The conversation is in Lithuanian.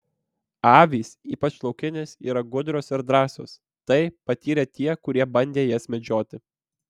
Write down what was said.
avys ypač laukinės yra gudrios ir drąsios tai patyrė tie kurie bandė jas medžioti